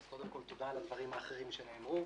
אז קודם כול תודה על הדברים האחרים שנאמרו,